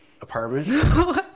apartment